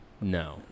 No